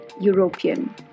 European